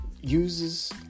uses